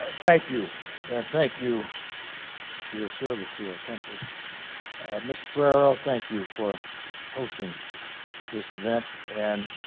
thank you and thank you for your service to our country mr. ferriero thank you for hosting this event and